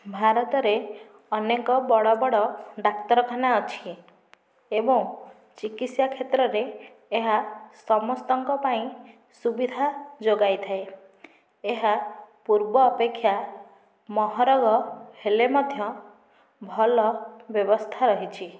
ଭାରତରେ ଅନେକ ବଡ଼ ବଡ଼ ଡାକ୍ତରଖାନା ଅଛି ଏବଂ ଚିକିତ୍ସା କ୍ଷେତ୍ରରେ ଏହା ସମସ୍ତଙ୍କ ପାଇଁ ସୁବିଧା ଯୋଗାଇଥାଏ ଏହା ପୂର୍ବ ଅପେକ୍ଷା ମହରଗ ହେଲେ ମଧ୍ୟ ଭଲ ବ୍ୟବସ୍ଥା ରହିଛି